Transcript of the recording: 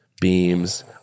beams